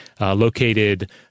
located